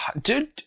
Dude